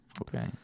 Okay